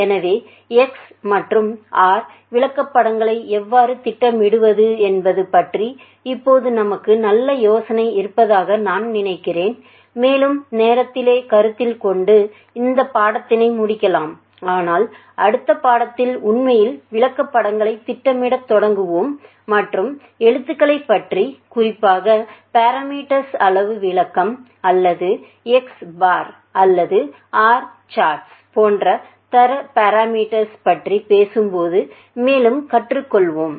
எனவே X மற்றும் R விளக்கப்படங்களை எவ்வாறு திட்டமிடுவது என்பது பற்றி இப்போது நமக்கு நல்ல யோசனை இருப்பதாக நான் நினைக்கிறேன் மேலும் நேரத்திலே கருத்தில் கொண்டு இந்த பாடத்தினை முடிக்கலாம் ஆனால் அடுத்த பாடத்தில் உண்மையில் விளக்கப்படங்களைத் திட்டமிடத் தொடங்குவோம் மற்றும் எழுத்துகளைப் பற்றி குறிப்பாக பாரமீட்டர்ஸ் அளவு விளக்கம் அல்லது X பார் அல்லது R சாட்ஸ் போன்ற தர பாரமீட்டர்ஸ் பற்றி பேசும் போது மேலும் கற்றுக்கொள்வோம்